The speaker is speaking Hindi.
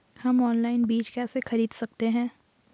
हम ऑनलाइन बीज कैसे खरीद सकते हैं?